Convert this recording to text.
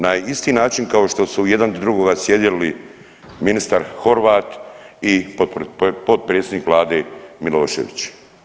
Na isti način kao što su jedan do drugoga sjedili ministar Horvat i potpredsjednik Vlade Milošević.